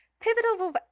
Pivotal